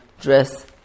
dress